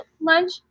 lunch